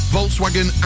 Volkswagen